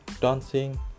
dancing